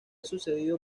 sucedido